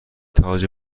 تاج